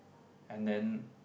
and then